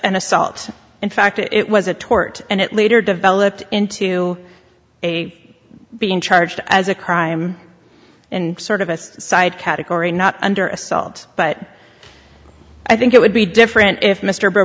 an assault in fact it was a tort and it later developed into a being charged as a crime in sort of its side category not under assault but i think it would be different if mr